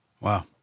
Wow